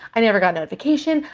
i never got notification.